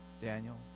Daniel